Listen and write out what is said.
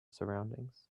surroundings